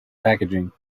packaging